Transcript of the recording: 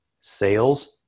sales